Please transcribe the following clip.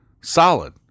solid